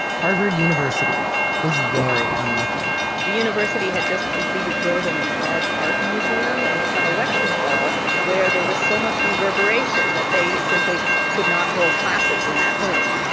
harvard university was very unlucky the university had just completed building the fogg art museum and it had a lecture hall, where there was so much reverberation that they simply could not hold classes in that room.